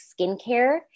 skincare